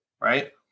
right